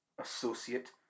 Associate